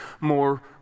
more